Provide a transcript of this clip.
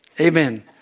Amen